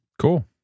Cool